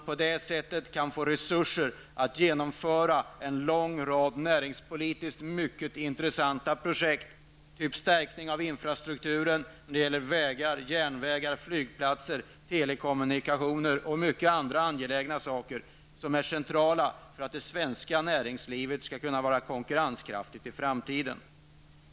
På det sättet kan man få resurser att genomföra en lång rad näringspolitiskt mycket intressanta projekt, typ stärkning av infrastrukturen när det gäller vägar, järnvägar, flygplatser, telekommunikation och många andra angelägna saker, som är centrala för att svenskt näringsliv skall kunna vara konkurrenskraftigt i framtiden.